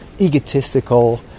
egotistical